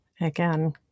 again